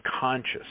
conscious